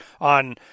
on